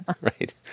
Right